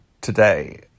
today